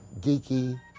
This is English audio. geeky